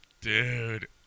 Dude